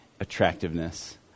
attractiveness